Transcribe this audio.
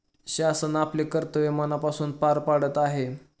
शासन आपले कर्तव्य मनापासून पार पाडत आहे